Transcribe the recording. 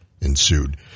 ensued